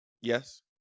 Yes